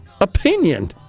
opinion